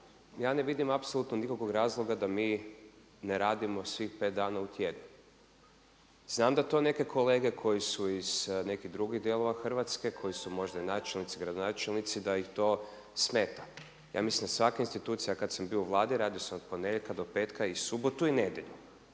ja ne vidim apsolutno nikakvog razloga da mine radimo svih pet dana u tjednu. Znam da to neke kolege koji su iz nekih drugih dijelova Hrvatske koji su možda načelnici, gradonačelnici da ih to smeta. Ja mislim da svaka institucija kada sam bio u Vladi radio sam od ponedjeljka do petka i subotu i nedjelju